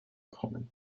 kommen